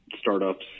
startups